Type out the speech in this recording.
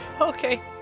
Okay